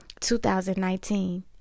2019